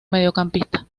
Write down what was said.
mediocampista